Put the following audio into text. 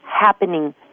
happening